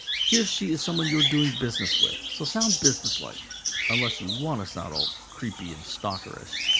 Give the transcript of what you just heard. he or she is someone you are doing business with, so sound businesslike unless you want to sound all creepy and stalker-ish.